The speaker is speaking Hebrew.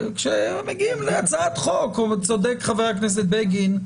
כשמגיעים להצעת חוק צודק חבר הכנסת בגין.